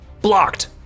blocked